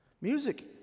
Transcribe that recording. Music